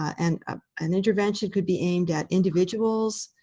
and ah an intervention could be aimed at individuals,